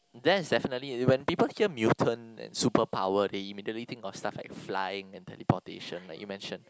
that's definitely when people hear mutant and superpower they immediately think of stuff like flying and teleportation like you mention